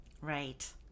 Right